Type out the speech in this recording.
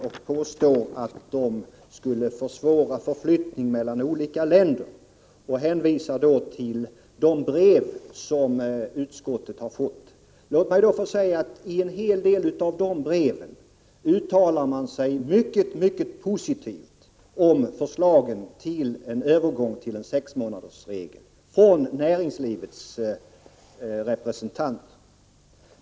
Han påstod att dessa regler försvårar förflyttning mellan olika länder och hänvisade till de brev som utskottet har fått. I en hel del av dessa brev uttalar sig näringslivets representanter mycket, mycket positivt om förslaget till en övergång till en sexmånadersregel.